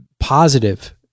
positive